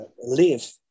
live